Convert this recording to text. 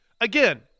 again